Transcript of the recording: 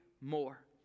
more